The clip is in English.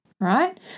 right